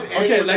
okay